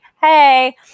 hey